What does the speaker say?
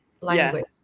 language